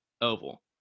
oval